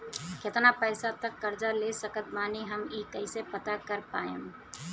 केतना पैसा तक कर्जा ले सकत बानी हम ई कइसे पता कर पाएम?